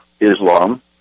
Islam